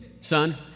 son